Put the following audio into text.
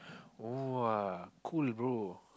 !wah! cool bro